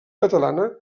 catalana